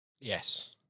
Yes